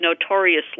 notoriously